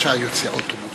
ההצעה להעביר את הנושא